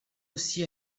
aussi